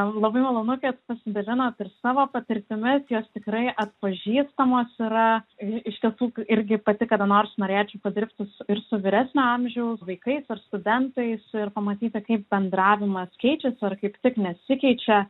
labai malonu kad pasidalinot ir savo patirtimis jos tikrai atpažįstamos yra iš tiesų irgi pati kada nors norėčiau padirbti su ir su vyresnio amžiaus vaikais ir studentais ir pamatyti kaip bendravimas keičiasi ar kaip tik nesikeičia